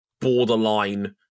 borderline